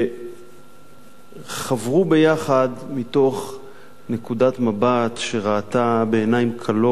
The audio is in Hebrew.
שחברו יחד מתוך נקודת מבט שראתה בעיניים כלות